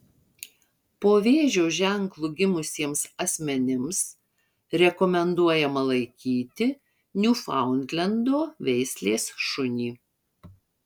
po vėžio ženklu gimusiems asmenims rekomenduojama laikyti niufaundlendo veislės šunį